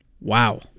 Wow